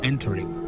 Entering